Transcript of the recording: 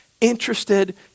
interested